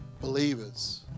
believers